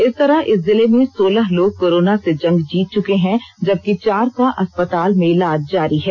इस तरह इस जिले में सोलह लोग कोरोना से जंग जीत चुके हैं जबकि चार का अस्पताल में इलाज जारी है